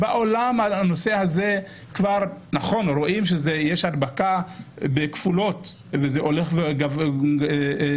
בעולם רואים שיש הדבקה בכפולות וזה הולך וגדל,